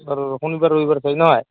বাৰু শনিবাৰ ৰবিবাৰ চাই নহয়